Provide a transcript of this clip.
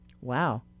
Wow